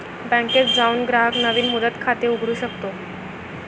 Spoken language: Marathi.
बँकेत जाऊन ग्राहक नवीन मुदत खाते उघडू शकतो